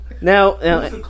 now